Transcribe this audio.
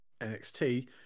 NXT